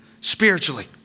spiritually